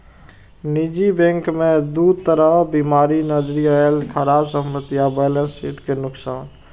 निजी बैंक मे दू तरह बीमारी नजरि अयलै, खराब संपत्ति आ बैलेंस शीट के नुकसान